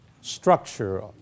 structure